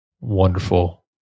wonderful